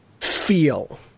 feel